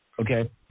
Okay